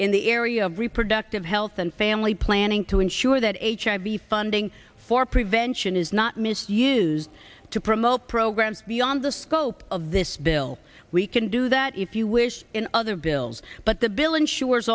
in the area of reproductive health and family planning to ensure that the funding for prevention is not misused to promote programs beyond the scope of this bill we can do that if you wish in other bills but the bill ensures